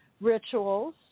rituals